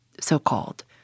so-called